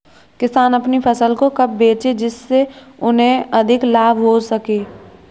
किसान अपनी फसल को कब बेचे जिसे उन्हें अधिक लाभ हो सके?